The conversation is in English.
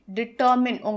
determine